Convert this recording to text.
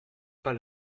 pas